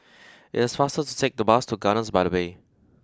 it is faster to take the bus to gardens by the bay